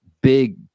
big